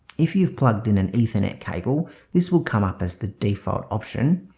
if you've plugged in an ethernet cable this will come up as the default option.